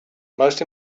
most